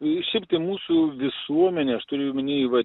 šiaip tai mūsų visuomenė aš turiu omeny vat